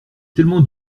tellement